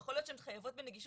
יכול להיות שהן חייבות בנגישות,